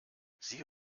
sie